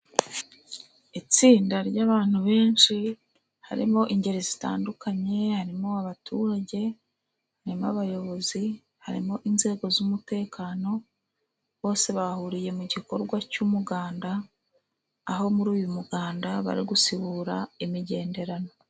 Itsinda ry'abantu benshi harimo ingeri zitandukanye harimo abaturage n'abayobozi harimo inzego z'umutekano bose bahuriye mu gikorwa cy'umuganda, aho muri uyu muganda bari gusibura imigenderano.